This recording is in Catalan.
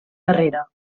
darrere